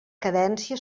cadència